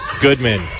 Goodman